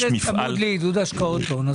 -- אבל אם זה צמוד לעידוד השקעות הון,